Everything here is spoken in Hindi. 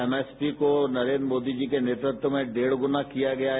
एमएसपी को नरेंद्र मोदी जी के नेतृत्व में डेढ़ गुना किया गया है